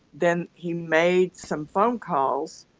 then he made some phone calls,